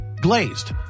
glazed